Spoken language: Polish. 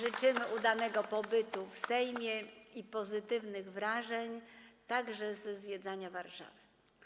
Życzymy udanego pobytu w Sejmie i pozytywnych wrażeń, także ze zwiedzania Warszawy.